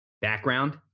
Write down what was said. background